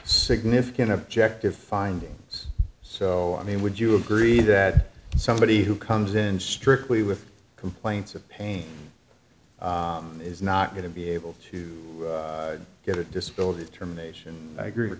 significant objective findings so i mean would you agree that somebody who comes in strictly with complaints of pain is not going to be able to get disability determination i agree